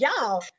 y'all